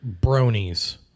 bronies